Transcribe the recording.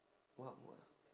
what what